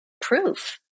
proof